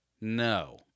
no